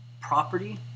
property